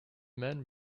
men